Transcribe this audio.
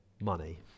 money